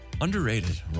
Underrated